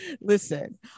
listen